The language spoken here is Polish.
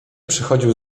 przychodził